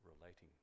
relating